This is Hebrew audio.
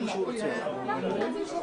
ירים את ידו.